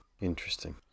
interesting